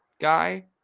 guy